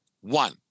One